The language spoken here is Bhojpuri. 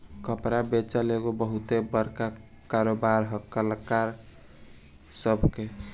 कपड़ा बेचल एगो बहुते बड़का कारोबार है कलाकार सभ के